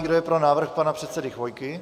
Kdo je pro návrh pana předsedy Chvojky?